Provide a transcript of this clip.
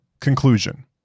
Conclusion